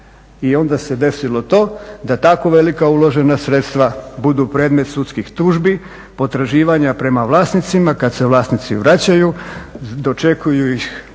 i onda se desilo to da tako velika uložena sredstva budu predmet sudskih tužbi, potraživanja prema vlasnicima. Kad se vlasnici vraćaju dočekuju ih parnice